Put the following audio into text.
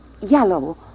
Yellow